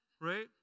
right